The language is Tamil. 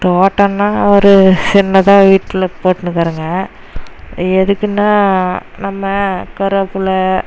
தோட்டோனால் ஒரு சின்னதாக வீட்டில் போட்டினுருக்கறேங்க எதுக்குனால் நம்ம கருவப்பிலை